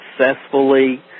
successfully